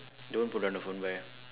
don't put down the phone back